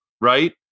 right